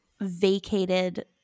vacated